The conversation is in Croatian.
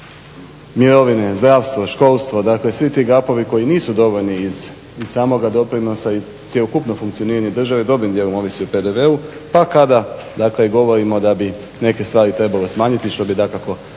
mirovine, zdravstvo, školstvo dakle svi ti gapovi koji nisu dovoljni iz samoga doprinosa, iz cjelokupnog funkcioniranja države i dobrim dijelom ovisi o PDV-u, pa kada dakle govorimo da bi neke stvari trebalo smanjiti što bi dakako